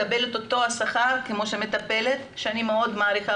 מקבלת את אותו השכר כמו שמטפלת - שאני מאוד מעריכה